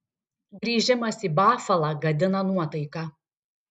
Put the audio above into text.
grįžimas į bafalą gadina nuotaiką